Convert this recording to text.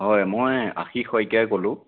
হয় মই আশীষ শইকীয়াই ক'লোঁ